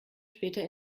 später